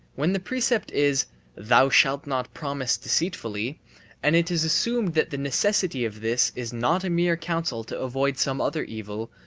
when the precept is thou shalt not promise deceitfully and it is assumed that the necessity of this is not a mere counsel to avoid some other evil,